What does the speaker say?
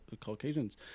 Caucasians